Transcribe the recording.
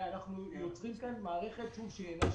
ואנחנו יוצרים כאן מערכת שהיא אינה שוויונית.